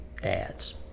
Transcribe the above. dads